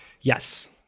Yes